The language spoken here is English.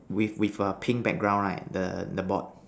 with with a pink background right the the bot